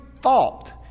thought